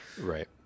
Right